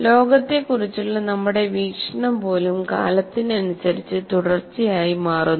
ലോകത്തെക്കുറിച്ചുള്ള നമ്മുടെ വീക്ഷണം പോലും കാലത്തിനനുസരിച്ച് തുടർച്ചയായി മാറുന്നു